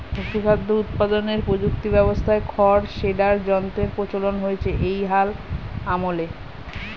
পশুখাদ্য উৎপাদনের প্রযুক্তি ব্যবস্থায় খড় শ্রেডার যন্ত্রের প্রচলন হয়েছে এই হাল আমলে